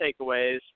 takeaways